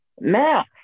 Now